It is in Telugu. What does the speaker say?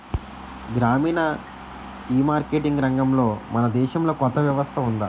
గ్రామీణ ఈమార్కెటింగ్ రంగంలో మన దేశంలో కొత్త వ్యవస్థ ఉందా?